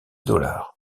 dollars